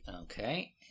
Okay